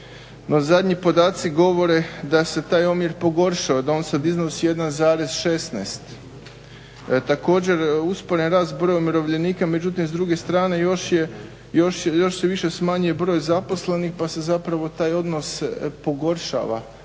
zadnji podaci govore da se taj omjer pogoršao i da on sad iznosi 1,16. Također je usporen rast broja umirovljenika, međutim s druge strane još se više smanjuje broj zaposlenih, pa se zapravo taj odnos pogoršava